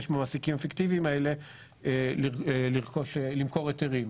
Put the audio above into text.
במעסיקים הפיקטיביים האלה למכור היתרים.